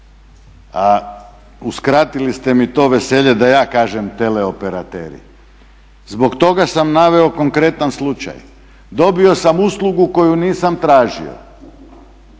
a uskratili ste mi to veselje da ja kažem teleoperateri. Zbog toga sam naveo konkretan slučaj. Dobio sam uslugu koju nisam tražio.